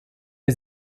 wir